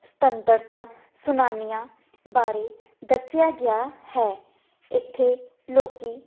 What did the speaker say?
ਸੁਤੰਤਰਤਾ ਸੈਨਾਨੀਆਂ ਬਾਰੇ ਦੱਸਿਆ ਗਿਆ ਹੈ ਇੱਥੇ ਲੋਕ